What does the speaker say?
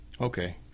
okay